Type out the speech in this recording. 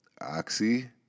oxy